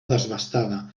desbastada